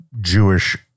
Jewish